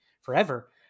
forever